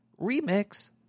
remix